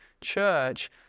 church